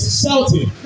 shouting